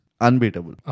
Unbeatable